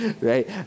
Right